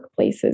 workplaces